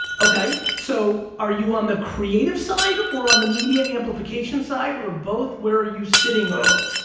okay. so, are you on the creative side, or on the media amplification side, or both? where are you sitting? both.